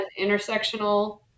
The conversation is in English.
intersectional